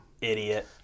Idiot